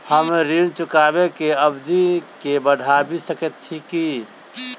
हम ऋण चुकाबै केँ अवधि केँ बढ़ाबी सकैत छी की?